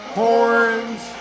horns